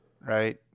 right